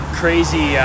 crazy